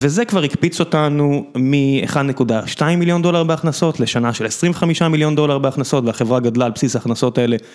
וזה כבר הקפיץ אותנו מ-1.2 מיליון דולר בהכנסות לשנה של 25 מיליון דולר בהכנסות והחברה גדלה על בסיס ההכנסות האלה.